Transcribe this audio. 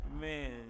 man